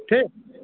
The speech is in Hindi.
ठीक